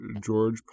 George